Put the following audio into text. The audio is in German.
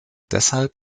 deshalb